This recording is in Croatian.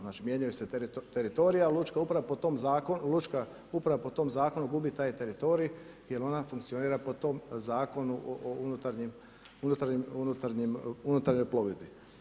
Znači mijenjaju se teritorija, a lučka u prava po tom zakonu gubi taj teritorij, jer ona funkcionira po tom zakonu o unutarnjoj plovidbi.